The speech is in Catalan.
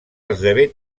esdevé